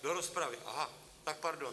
Do rozpravy, aha, tak pardon.